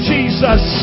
Jesus